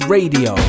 Radio